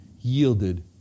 yielded